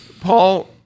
Paul